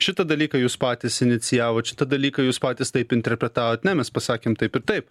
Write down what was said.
šitą dalyką jūs patys inicijavot šitą dalyką jūs patys taip interpretavot ne mes pasakėm taip ir taip